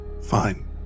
Fine